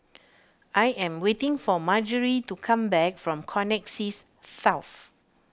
I am waiting for Marjorie to come back from Connexis South